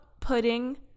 pudding